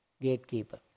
gatekeeper